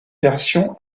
version